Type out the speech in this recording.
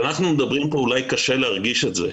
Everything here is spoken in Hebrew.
כשאנחנו מדברים פה אולי קשה להרגיש את זה,